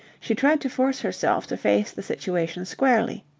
she tried to force herself to face the situation squarely.